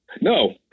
No